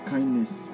Kindness